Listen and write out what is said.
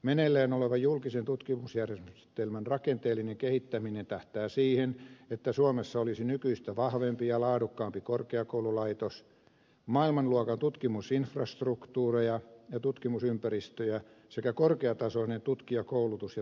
meneillään oleva julkisen tutkimusjärjestelmän rakenteellinen kehittäminen tähtää siihen että suomessa olisi nykyistä vahvempi ja laadukkaampi korkeakoululaitos maailmanluokan tutkimusinfrastruktuureja ja tutkimusympäristöjä sekä korkeatasoinen tutkijakoulutus ja tutkijakunta